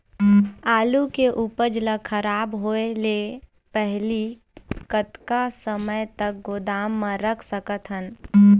आलू के उपज ला खराब होय के पहली कतका समय तक गोदाम म रख सकत हन?